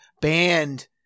Banned